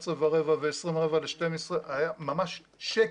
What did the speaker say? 11 ורבע, 11 ועשרים, רבע ל-12, היה ממש שקט,